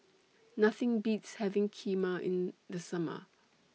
Nothing Beats having Kheema in The Summer